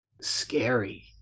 scary